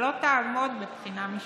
שלא תעמוד מבחינה משפטית.